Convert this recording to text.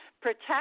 protect